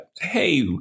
hey